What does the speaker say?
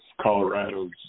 Colorado's